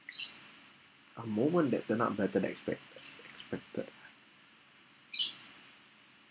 a moment that turned out better than expect~ expected ah